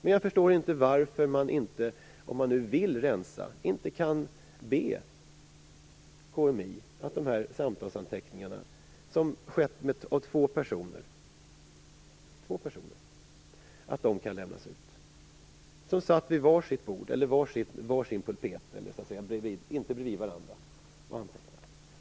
Men om man nu vill rensa förstår jag inte varför man inte kan be KMI att dessa samtalsanteckningar, som förts av två personer vid var sin pulpet, dvs. inte bredvid varandra, lämnas ut.